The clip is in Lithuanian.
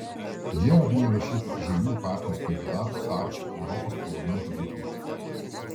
jie abu įrašyti į žaliųjų partijos kandidatų sąrašą europos parlamento rinkimuose